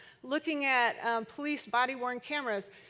looking at police body worn cameras.